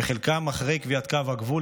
וחלקם אחרי קביעת קו הגבול,